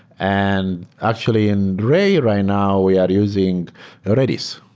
and actually, in ray right now, we are using redis,